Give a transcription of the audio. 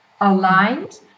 aligned